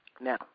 Now